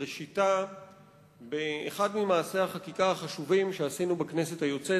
ראשיתה באחד ממעשי החקיקה החשובים שעשינו בכנסת היוצאת